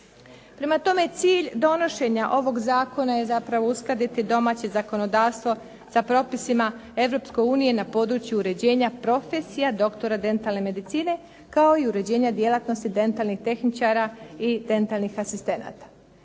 Prema tome, cilj donošenja ovog zakona je zapravo uskladiti domaće zakonodavstvo sa propisima Europske unije na području uređenja profesija doktora dentalne medicine kao i uređenja djelatnosti dentalnih tehničara i dentalnih asistenata.